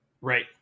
Right